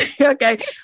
Okay